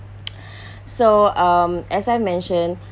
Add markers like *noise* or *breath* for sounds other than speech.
*breath* so um as I mentioned